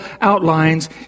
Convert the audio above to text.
outlines